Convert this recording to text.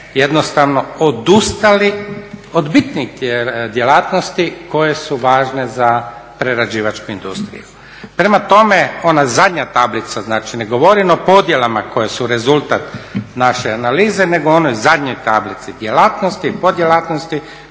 jednostavno odustali od bitnih djelatnosti koje su važne za prerađivačku industriju. Prema tome, ona zadnja tablica, znači ne govorim o podjelama koje su rezultat naše analize, nego o onoj zadnjoj tablici djelatnosti, poddjelatnosti,